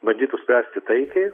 bandytų spręsti taikiai